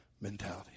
mentality